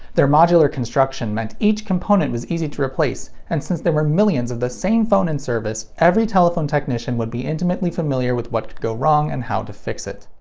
their modular construction meant each component was easy to replace, and since there were millions of the same phone in service, every telephone technician would be intimately familiar with what could go wrong and how to fix it.